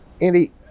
Andy